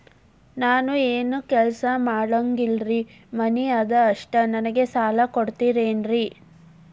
ನಾನು ಏನು ಕೆಲಸ ಮಾಡಂಗಿಲ್ರಿ ಮನಿ ಅದ ಅಷ್ಟ ನನಗೆ ಸಾಲ ಕೊಡ್ತಿರೇನ್ರಿ?